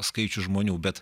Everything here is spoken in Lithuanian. skaičius žmonių bet